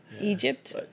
Egypt